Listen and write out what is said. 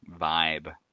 vibe